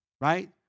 right